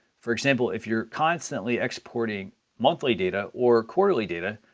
for example, if you're constantly exporting monthly data or quarterly data,